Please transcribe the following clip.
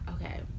okay